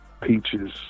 Peaches